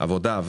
עבודה,